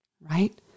right